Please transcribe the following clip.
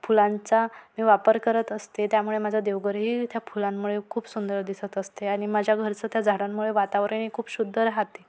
फुलांचा मी वापर करत असते त्यामुळे माझा देवघरही त्या फुलांमुळे खूप सुंदर दिसत असते आणि माझ्या घरचं त्या झाडांमुळे वातावरणही खूप शुद्ध राहते